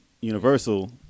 Universal